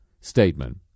statement